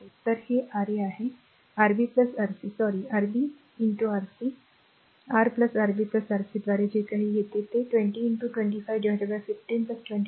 तर हे Ra आहे Rb Rc sorry Rb Rc R Rb Rc द्वारे जे काही येते ते 20 2515 20 60